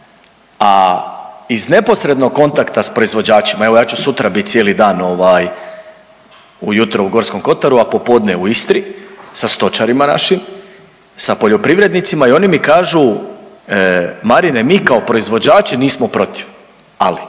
A iz neposrednog kontakta s proizvođačima, evo ja ću sutra bit cijeli dan ujutro u Gorskom kotaru, a popodne u Istri sa stočarima našim, sa poljoprivrednicima i oni mi kažu Marine mi kao proizvođači nismo protiv, ali